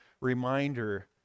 reminder